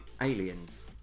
Aliens